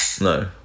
no